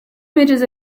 meters